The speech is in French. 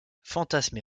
fantasmes